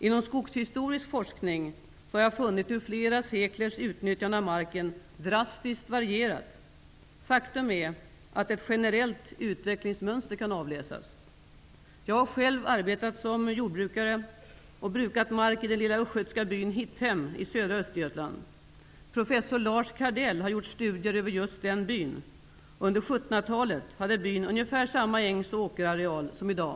Inom skogshistorisk forskning har jag funnit hur flera seklers utnyttjande av marken drastiskt varierat. Faktum är att ett generellt utvecklingsmönster kan avläsas. Jag har själv arbetat som jordbrukare och brukat mark i den lilla byn Hitthem i södra Östergötland. Professor Lars Kardell har gjort studier över just den byn. Under 1700-talet hade byn ungefär samma ängs och åkerareal som i dag.